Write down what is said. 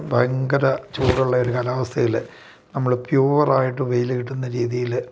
ഭയങ്കര ചൂടുള്ള ഒരു കാലാവസ്ഥയിൽ നമ്മൾ പ്യുവർ ആയിട്ട് വെയിൽ കിട്ടുന്ന രീതിയിൽ